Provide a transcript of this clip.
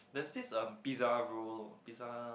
there is this um pizza roll pizza